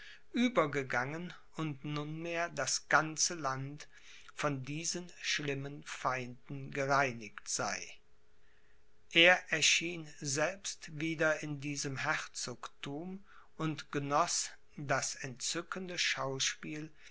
übergegangen und nunmehr das ganze land von diesen schlimmen feinden gereinigt sei er erschien selbst wieder in diesem herzogthum und genoß das entzückende schauspiel